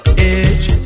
edge